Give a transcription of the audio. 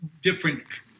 different